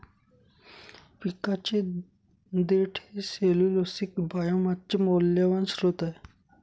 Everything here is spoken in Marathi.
पिकाचे देठ हे सेल्यूलोसिक बायोमासचे मौल्यवान स्त्रोत आहे